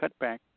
cutback